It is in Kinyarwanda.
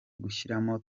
gushyiramo